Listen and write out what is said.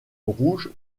rouges